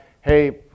hey